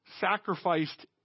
sacrificed